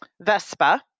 Vespa